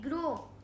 grow